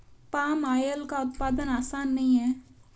palm oil का उत्पादन आसान नहीं है